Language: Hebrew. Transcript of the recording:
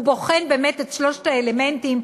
הוא בוחן באמת את שלושת האלמנטים,